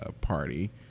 party